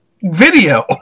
video